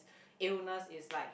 illness is like